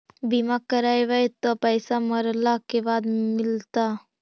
बिमा करैबैय त पैसा मरला के बाद मिलता?